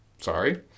sorry